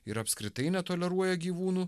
ir apskritai netoleruoja gyvūnų